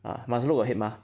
uh must look ahead mah